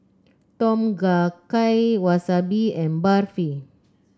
Tom Kha Gai Wasabi and Barfi